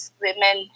women